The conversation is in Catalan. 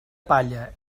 palla